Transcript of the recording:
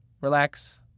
relax